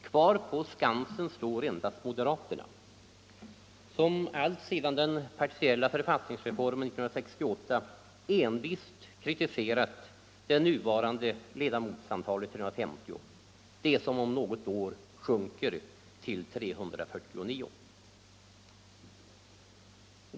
Kvar på skansen står endast moderaterna, som alltsedan den partiella författningsreformen 1968 envist kritiserat det nuvarande ledamotsantalet 350, det som om något år sjunker till 349.